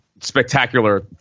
spectacular